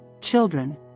children